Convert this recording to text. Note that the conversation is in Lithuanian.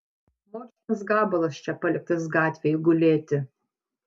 močnas gabalas čia paliktas gatvėj gulėti